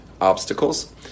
obstacles